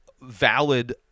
valid